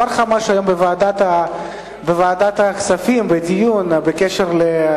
אני חושב שחבר הכנסת מגלי אמר לך משהו היום בוועדת הכספים בדיון בקשר ל,